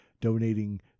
donating